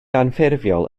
anffurfiol